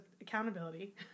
accountability